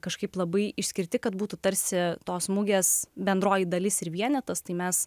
kažkaip labai išskirti kad būtų tarsi tos mugės bendroji dalis ir vienetas tai mes